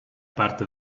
parte